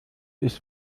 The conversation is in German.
ist